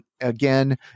again